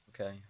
Okay